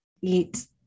eat